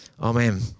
Amen